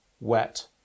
wet